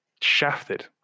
shafted